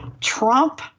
Trump